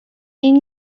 این